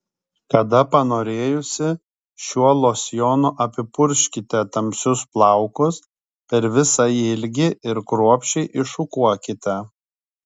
kada panorėjusi šiuo losjonu apipurkškite tamsius plaukus per visą ilgį ir kruopščiai iššukuokite